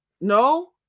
No